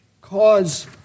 cause